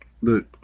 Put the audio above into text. Look